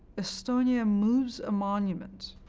estonia moves a monument